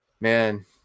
man